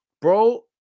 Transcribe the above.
bro